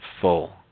full